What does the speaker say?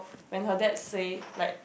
when her dad say like